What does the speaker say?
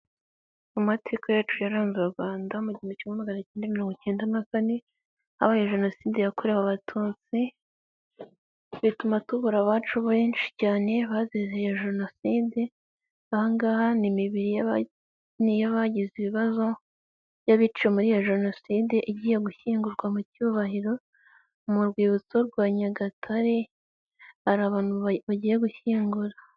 Amateka yacu yaranze u Rwanda mu 1994, habaye Jenoside yakorewe abatutsi, bituma tubura abacu benshi cyane bazize iyo Jenoside, aha ngaha ni imibiri y'abagize ibibazo by'abiciwe muri iyo Jenoside igiye gushyingurwa mu cyubahiro, mu rwibutso rwa Nyagatare hari abantu bagiye gushyingura.